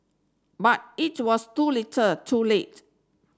but it was too little too late